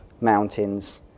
mountains